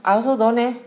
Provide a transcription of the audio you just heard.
I also don't leh